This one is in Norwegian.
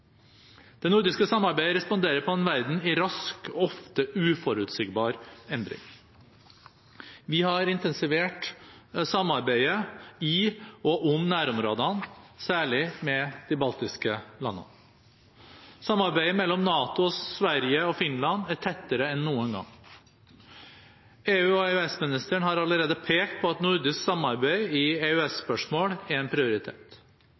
Det nordiske samarbeidet responderer på en verden i rask og ofte uforutsigbar endring. Vi har intensivert samarbeidet i og om nærområdene, særlig med de baltiske landene. Samarbeidet mellom NATO, Sverige og Finland er tettere enn noen gang. EU- og EØS-ministeren har allerede pekt på at nordisk samarbeid i EU-spørsmål er en